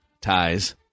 ties